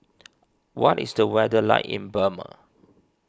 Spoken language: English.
what is the weather like in Burma